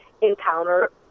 encounter